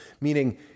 Meaning